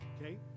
okay